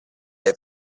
have